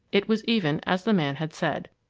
it was even as the man had said.